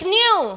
new